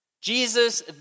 Jesus